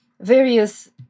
various